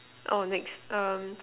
oh next um